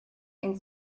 and